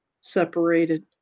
separated